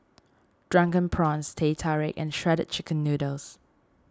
Drunken Prawns Teh Tarik and Shredded Chicken Noodles